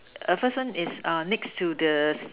err first one is uh next to the